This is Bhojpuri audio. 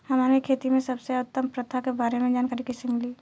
हमन के खेती में सबसे उत्तम प्रथा के बारे में जानकारी कैसे मिली?